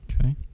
Okay